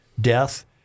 death